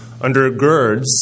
undergirds